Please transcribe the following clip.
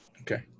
Okay